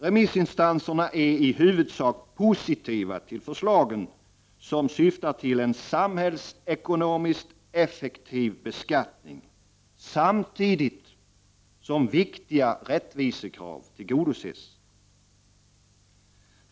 Remissinstanserna är i huvudsak positiva till förslagen som syftar till en samhällsekonomiskt effektiv beskattning samtidigt som viktiga rättvisekrav tillgodoses.